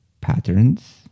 patterns